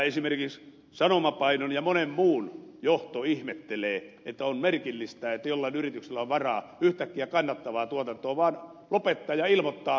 esimerkiksi sanomapainon ja monen muun johto ihmettelee että on merkillistä että jollain yrityksellä on varaa yhtäkkiä kannattavaa tuotantoa vaan lopettaa ja ilmoittaa